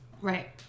Right